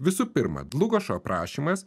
visų pirma dlugošo aprašymas